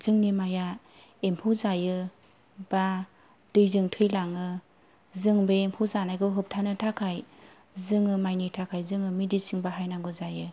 जोंनि माइआ एमफौ जायो बा दैजों थैलाङो जों बे एमफौ जानायखौ होफ्थानो थाखाय जोङो माइनि थाखाय जोङो मेदिसिन बाहायनांगौ जायो